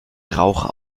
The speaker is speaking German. rauch